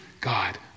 God